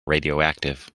radioactive